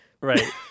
Right